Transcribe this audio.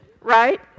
right